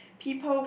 people